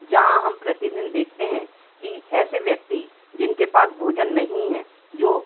जहाँ हम प्रतिदिन देखते हैं कि ऐसे व्यक्ति जिनके पास भोजन नहीं है जो